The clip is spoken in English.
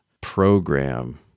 program